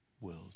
world